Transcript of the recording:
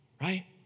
Right